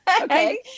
okay